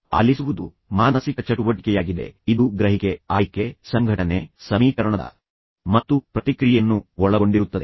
ಆಲಿಸುವುದು ಮಾನಸಿಕ ಚಟುವಟಿಕೆಯಾಗಿದೆ ಇದು ಗ್ರಹಿಕೆ ಆಯ್ಕೆ ಸಂಘಟನೆ ಸಮೀಕರಣದ ವ್ಯಾಖ್ಯಾನ ಮೌಲ್ಯಮಾಪನ ಮತ್ತು ಪ್ರತಿಕ್ರಿಯೆಯನ್ನು ಒಳಗೊಂಡಿರುತ್ತದೆ